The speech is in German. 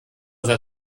sehr